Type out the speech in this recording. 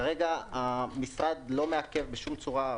כרגע המשרד לא מקדם בשום צורה.